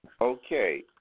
Okay